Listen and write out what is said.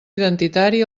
identitari